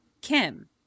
Kim